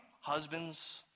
Husbands